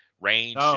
range